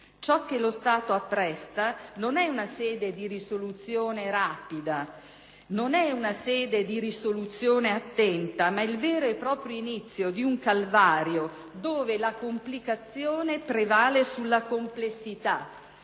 ciò che lo Stato appresta non è una sede di risoluzione rapida, non è una sede di risoluzione attenta, ma è il vero e proprio inizio di un calvario dove la complicazione prevale sulla complessità